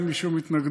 אין לי שום התנגדות,